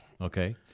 Okay